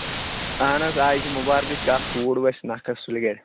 اَہَن حظ آ یہِ چھِ مُبارکٕچ کَتھ کوٗر وَسہِ نکھٕ سُلہِ گرِ